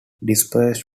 dispersed